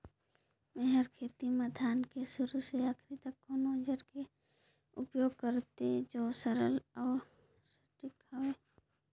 मै हर खेती म धान के शुरू से आखिरी तक कोन औजार के उपयोग करते जो सरल अउ सटीक हवे?